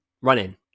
running